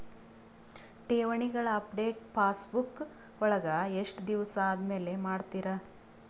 ಠೇವಣಿಗಳ update passbook ವಳಗ ಎಷ್ಟ ದಿವಸ ಆದಮೇಲೆ ಮಾಡ್ತಿರ್?